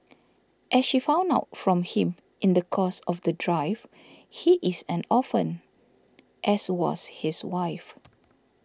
as she found out from him in the course of the drive he is an orphan as was his wife